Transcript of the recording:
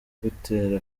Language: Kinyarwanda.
gutera